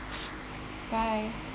bye